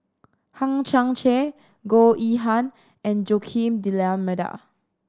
Hang Chang Chieh Goh Yihan and Joaquim D'Almeida